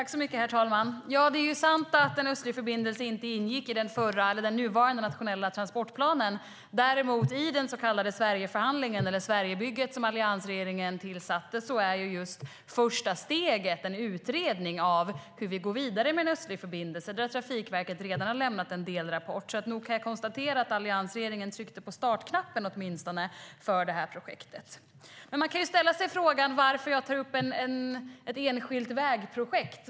Herr talman! Det är sant att en östlig förbindelse inte ingick i den nuvarande nationella transportplanen. Däremot i den så kallade Sverigeförhandlingen, eller Sverigebygget, som alliansregeringen tillsatte är just första steget en utredning av hur vi går vidare med en östlig förbindelse. Där har Trafikverket redan lämnat en delrapport, så nog kan jag konstatera att alliansregeringen åtminstone tryckte på startknappen för projektet. Man kan ställa sig frågan varför jag tar upp ett enskilt vägprojekt.